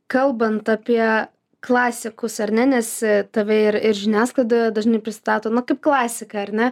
kalbant apie klasikus ar ne nes tave ir ir žiniasklaidoje dažnai pristato na kaip klasiką ar ne